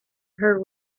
her